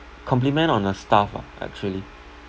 compliment on a staff ah actually